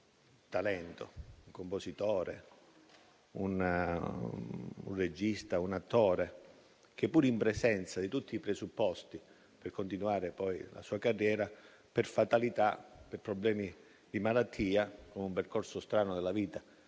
talento: compositore, regista, attore che, pur in presenza di tutti i presupposti per continuare la sua carriera, per fatalità, per problemi di malattia, in un percorso strano della vita